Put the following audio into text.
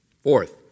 Fourth